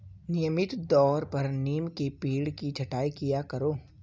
नियमित तौर पर नीम के पेड़ की छटाई किया करो